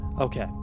Okay